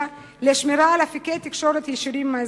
לשמירה על אפיקי תקשורת ישירים עם האזרח.